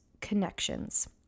connections